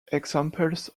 examples